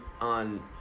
on